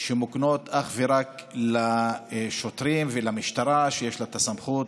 שמוקנות אך ורק לשוטרים ולמשטרה, שיש לה את הסמכות